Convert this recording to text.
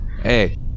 Hey